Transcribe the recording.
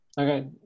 Okay